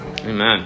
Amen